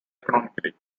economically